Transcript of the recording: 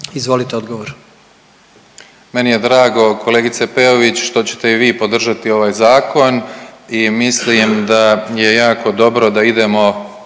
Davor (HDZ)** Meni je drago kolegice Peović što ćete i vi podržati ovaj zakon i mislim da je jako dobro da idemo